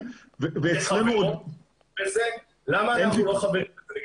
ואצלנו עוד --- למה אנחנו חברים בזה?